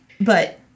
But-